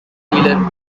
zealand